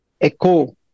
echo